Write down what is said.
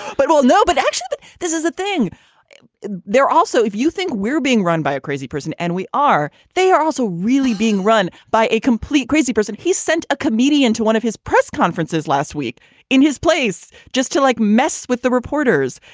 but well, no, but but this is a thing they're also if you think we're being run by a crazy person and we are, they are also really being run by a complete crazy person. he's sent a comedian to one of his press conferences last week in his place just to, like, mess with the reporters.